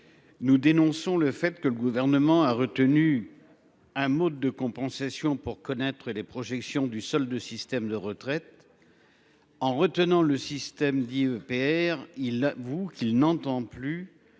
Nous dénonçons le fait que le gouvernement a retenu un mode de compensation pour connaître les projections du sol de système de retraite. En retenant le système dit EPR il avoue qu'il n'entend plus